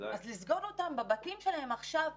לסגור אותם בבתים מסוכנים